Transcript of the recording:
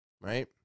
right